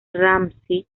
ramsay